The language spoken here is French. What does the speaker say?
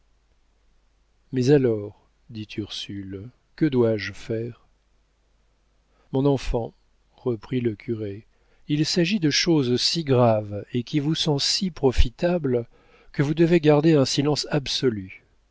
mais alors dit ursule que dois-je faire mon enfant reprit le curé il s'agit de choses si graves et qui vous sont si profitables que vous devez garder un silence absolu